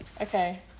Okay